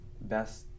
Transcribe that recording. best